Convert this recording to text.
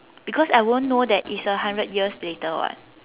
because I won't know that it's a hundred years later [what]